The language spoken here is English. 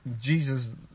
Jesus